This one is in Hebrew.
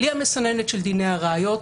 בלי המסננת של דיני הראיות,